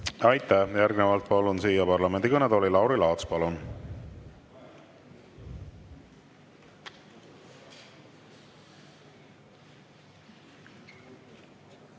Aitäh! Järgnevalt palun siia parlamendi kõnetooli Lauri Laatsi. Palun!